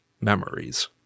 memories